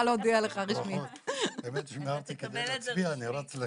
ננעלה בשעה 08:58. .